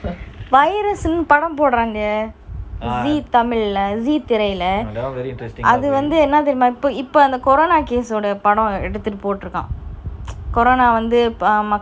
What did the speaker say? virus னு படம் போடுறாங்க ஜீ தமிழா ஜீ திரைல அது வந்து என்ன தெரியுமா இப்போ இப்போ அந்த:nu padam poduranga zee tamila zee thiraila athu vanthu enna teriyuma ipo ipo antha corona case ஓட படம் எடுத்து போடு இருக்கான்:ooda padam yeaduthu potu irukan corona வந்து:vanthu